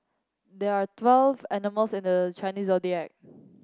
there are twelve animals at the Chinese Zodiac